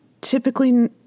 typically